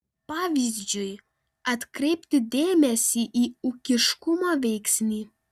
pavyzdžiui atkreipti dėmesį į ūkiškumo veiksnį